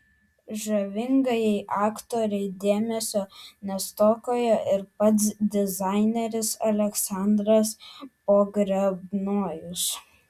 žavingajai aktorei dėmesio nestokojo ir pats dizaineris aleksandras pogrebnojus